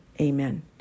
Amen